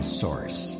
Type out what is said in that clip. source